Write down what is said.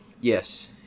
Yes